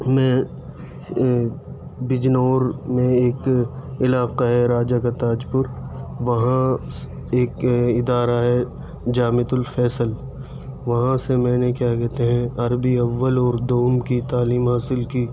میں بجنور میں ایک علاقہ راجا کتاج پور وہاں ایک ادارہ ہے جامعۃ الفیصل وہاں سے میں نے کیا کہتے ہیں عربی اول اور عربی دوم کی تعلیم حاصل کی